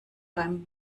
beim